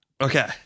Okay